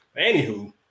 Anywho